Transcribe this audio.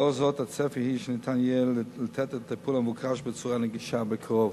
לאור זאת הצפי הוא שניתן יהיה לתת את הטיפול המבוקש בצורה נגישה בקרוב.